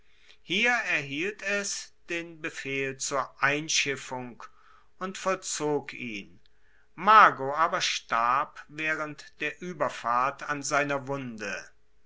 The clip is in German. hier erhielt es den befehl zur einschiffung und vollzog ihn mago aber starb waehrend der ueberfahrt an seiner wunde